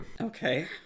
okay